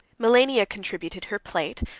melania contributed her plate,